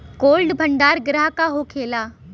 Cold भण्डार गृह का होखेला?